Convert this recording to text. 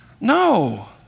no